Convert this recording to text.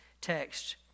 text